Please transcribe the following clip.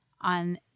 on